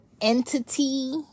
entity